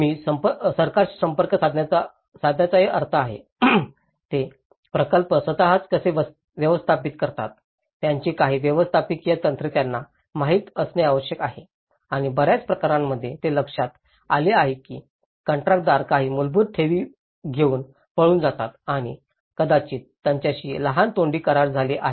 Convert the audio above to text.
मी सरकारशी संपर्क साधण्याचाही अर्थ आहे ते प्रकल्प स्वतःच कसे व्यवस्थापित करतात याची काही व्यवस्थापकीय तंत्रे त्यांना माहित असणे आवश्यक आहे आणि बर्याच प्रकरणांमध्ये हे लक्षात आले आहे की कंत्राटदार काही मूलभूत ठेवी घेऊन पळून जातात आणि कदाचित त्यांच्याशी लहान तोंडी करार झाले आहेत